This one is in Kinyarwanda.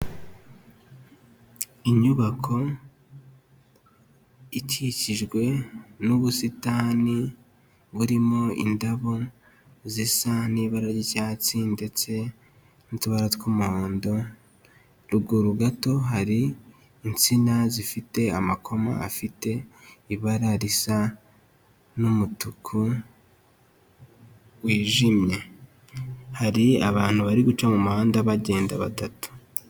Inyubako ikikijwe n'ubusitani burimo indabo zisa n'ibara ry'icyatsi ndetse n'utubara tw'umuhondo, ruguru gato hari insina zifite amakoma afite ibara risa n'umutuku wijimye, hari abantu bari guca mu muhanda bagenda batatu.